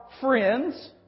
friends